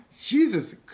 Jesus